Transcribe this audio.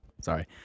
Sorry